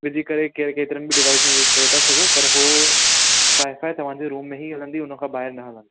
विझी करे केरु केतिरनि बि डिवाइस में यूज़ करे था सघो पर हो वाई फाई तव्हांजे रूम में ई हलंदी हुन खां ॿाहिरि न